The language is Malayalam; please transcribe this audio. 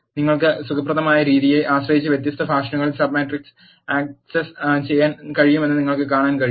അതിനാൽ നിങ്ങൾക്ക് സുഖപ്രദമായ രീതിയെ ആശ്രയിച്ച് വ്യത്യസ്ത ഫാഷനുകളിൽ സബ് മാട്രിക്സ് ആക്സസ് ചെയ്യാൻ കഴിയുമെന്ന് നിങ്ങൾക്ക് കാണാൻ കഴിയും